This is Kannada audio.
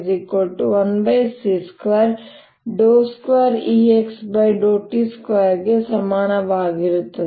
ಆದ್ದರಿಂದ ಅದರೊಂದಿಗೆ ಇದು 2fx21 c2 2Ext2 ಗೆ ಸಮಾನವಾಗಿರುತ್ತದೆ